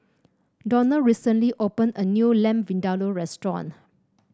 Donald recently opened a new Lamb Vindaloo restaurant